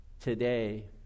today